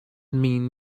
mean